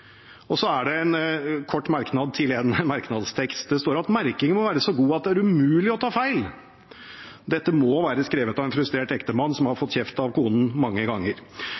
Så har jeg en kort merknad til en merknadstekst. Det står at «merkingen må være så god at det er umulig å ta feil». Dette må være skrevet av en frustrert ektemann som har fått kjeft av kona mange ganger.